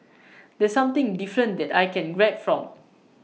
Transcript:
that's something different that I can grab from